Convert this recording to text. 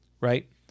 right